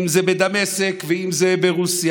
אם זה בדמשק ואם זה ברוסיה,